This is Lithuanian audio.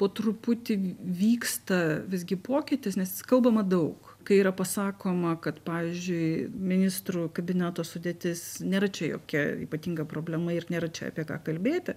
po truputį vyksta visgi pokytis nes kalbama daug kai yra pasakoma kad pavyzdžiui ministrų kabineto sudėtis nėra čia jokia ypatinga problema ir nėra čia apie ką kalbėti